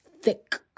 thick